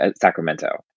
sacramento